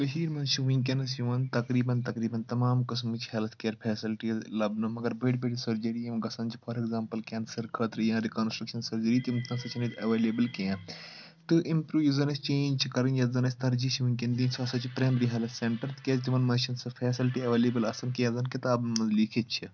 کٔشیٖر منٛز چھِ وٕنکیٚنَس یِوان تقریٖباً تقریٖباً تَمام قٕسمٕچ ہیٚلٕتھ کِیر فیسَلٹیٖز لَبنہٕ مگر بٔڑۍ بٔڑۍ سٔرجٔری یِم گژھان چھِ فار ایٚگزامپٕل کیٚنسر خٲطرٕ یا رِکانَسٹرٛکشَن سٔرجٔری تِم تہِ نَسا چھِنہٕ ییٚتہِ ایٚولیبٕل کینٛہہ تہٕ اِمپروٗ یُس زَن اَسہِ چَینٛج چھِ کَرٕنۍ یَتھ زَن اَسہِ ترجی چھِ وٕنکیٚن دِنۍ سُہ ہَسا چھِ پرٛیِمری ہیَلٕتھ سیٚنٹَر تِکیٚازِ تِمَن منٛز چھِنہٕ سو فیَسَلٹی ایٚولیبٕل آسان کینٛہہ یۄس زَن کِتابَن منٛز لیٚکھِتھ چھِ